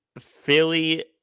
Philly –